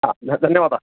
हा धन्यवादाः